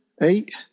eight